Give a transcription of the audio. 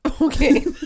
okay